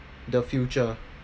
the future